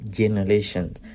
generations